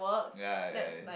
ya ya ya